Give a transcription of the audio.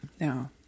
No